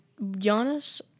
Giannis –